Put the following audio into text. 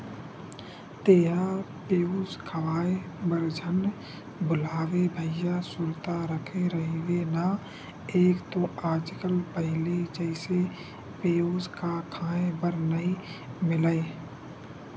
तेंहा पेयूस खवाए बर झन भुलाबे भइया सुरता रखे रहिबे ना एक तो आज कल पहिली जइसे पेयूस क खांय बर नइ मिलय